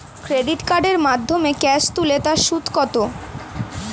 Credit কার্ডের মাধ্যমে cash তুলে তার সুদ কত?